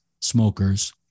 smokers